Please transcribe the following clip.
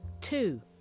Two